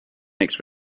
makes